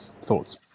thoughts